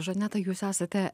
žaneta jūs esate